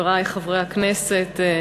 חברי חברי הכנסת,